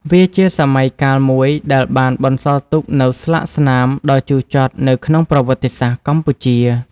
វាជាសម័យកាលមួយដែលបានបន្សល់ទុកនូវស្លាកស្នាមដ៏ជូរចត់នៅក្នុងប្រវត្តិសាស្ត្រកម្ពុជា។